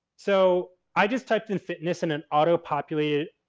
so, i just typed in fitness in an auto populated,